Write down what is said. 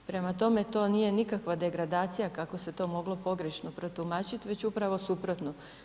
Prema tome, to nije nikakva degradacija kako se to moglo pogrešno protumačiti, već upravo suprotno.